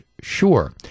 sure